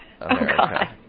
America